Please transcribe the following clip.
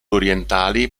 orientali